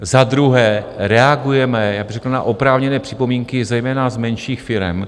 Za druhé reagujeme já bych řekl na oprávněné připomínky zejména z menších firem.